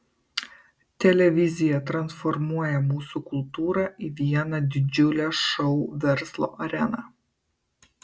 televizija transformuoja mūsų kultūrą į vieną didžiulę šou verslo areną